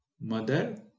Mother